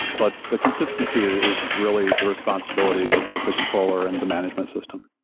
but the consistency is really the responsibility of of the controller and the management system.